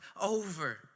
over